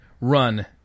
Run